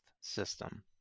system